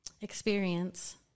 experience